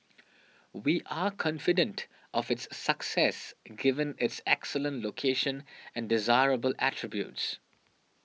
we are confident of its success given its excellent location and desirable attributes